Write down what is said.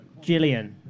Jillian